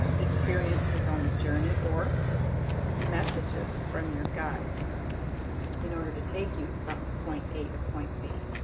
experiences on the journey or messages from your guides in order to take you from point a to point b,